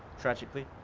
tragically,